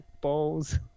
balls